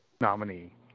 nominee